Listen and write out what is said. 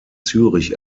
zürich